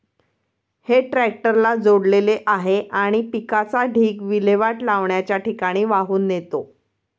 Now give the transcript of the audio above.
हे ट्रॅक्टरला जोडलेले आहे आणि पिकाचा ढीग विल्हेवाट लावण्याच्या ठिकाणी वाहून नेतो